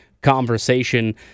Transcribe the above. conversation